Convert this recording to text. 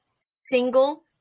single